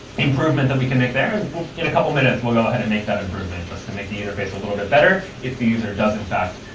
improvement that we can make there, and in a couple minutes we'll go ahead and make that improvement just to make the interface a little bit better if the user does, in fact,